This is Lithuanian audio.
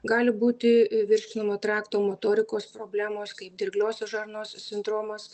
gali būti virškinimo trakto motorikos problemos kaip dirgliosios žarnos sindromas